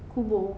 kubur